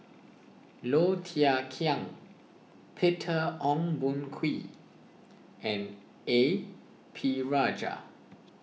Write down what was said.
Low Thia Khiang Peter Ong Boon Kwee and A P Rajah